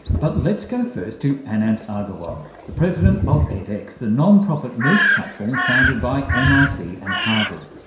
but let's go first to anant agarwal the president of edx, the non-profit moocs platform founded by mit and harvard.